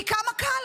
כי כמה קל,